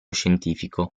scientifico